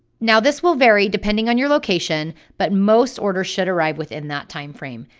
now this will vary depending on your location, but most orders should arrive within that timeframe.